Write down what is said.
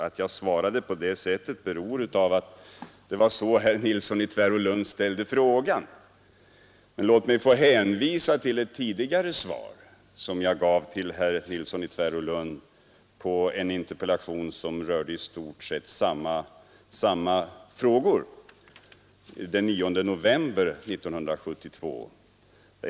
Att jag svarade på det sättet beror på att så har herr Nilsson ställt sin fråga. Men låt mig få hänvisa till ett tidigare svar på en interpellation av herr Nilsson i Tvärålund. Den gången gällde det i stort sett samma fråga, och svaret gavs den 9 november 1972.